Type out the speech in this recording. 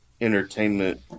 entertainment